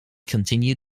continued